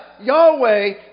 Yahweh